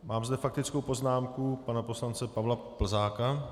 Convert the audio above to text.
Mám zde faktickou poznámku pana poslance Pavla Plzáka.